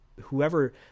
Whoever